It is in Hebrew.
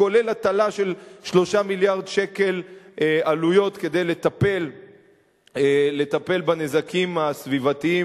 כולל הטלה של 3 מיליארד שקל עלויות כדי לטפל בנזקים הסביבתיים